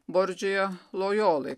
bordžija lojolai